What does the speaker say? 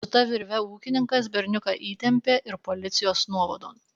su ta virve ūkininkas berniuką įtempė ir policijos nuovadon